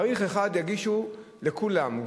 בתאריך אחד יגישו לכולם,